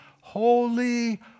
holy